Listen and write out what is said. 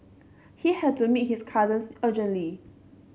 he had to meet his cousin urgently